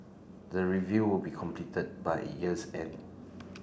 the review will be completed by year's end